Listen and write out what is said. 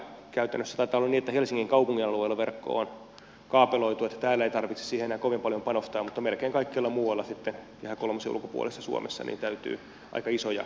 käytännössä taitaa olla niin että helsingin kaupungin alueella verkko on kaapeloitu niin että täällä ei tarvitse siihen enää kovin paljon panostaa mutta melkein kaikkialla muualla sitten kehä kolmosen ulkopuolisessa suomessa täytyy aika isoja investointeja tehdä